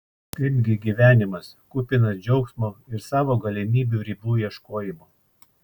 kaipgi gyvenimas kupinas džiaugsmo ir savo galimybių ribų ieškojimo